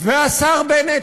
והשר בנט,